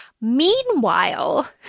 Meanwhile